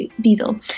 diesel